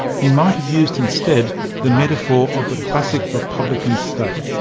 he might have used instead the metaphor of the classic republican state,